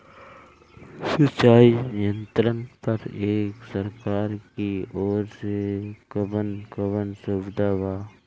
सिंचाई यंत्रन पर एक सरकार की ओर से कवन कवन सुविधा बा?